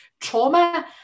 trauma